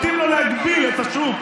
מתאים לו להגביל את השוק,